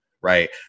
right